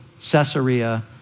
Caesarea